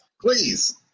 Please